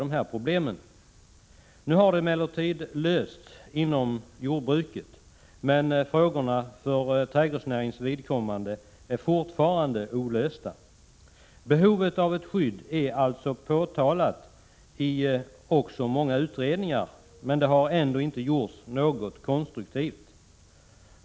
Nu har problemet emellertid lösts inom jordbruket, men för trädgårdsnäringens vidkommande är det fortfarande olöst. Behovet av ett skydd är alltså påtalat i många utredningar, men det har ändå inte gjorts något konstruktivt.